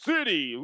City